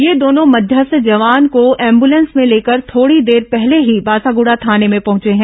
ये दोनों मध्यस्थ जवान को एम्बूलेंस में लेकर थोड़ी देर पहले ही बासागुड़ा थाने में पहुंचे हैं